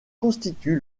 constitue